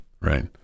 right